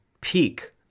peak